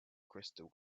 crystal